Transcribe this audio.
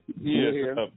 Yes